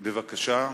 בבקשה.